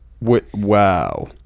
Wow